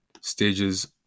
stages